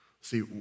See